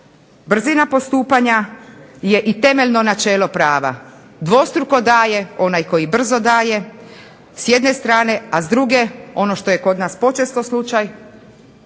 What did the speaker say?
Brzina postupanja je i temeljno načelo prava, dvostruko daje onaj koji brzo daje s jedne strane, a s druge ono što je kod nas počesto slučaj,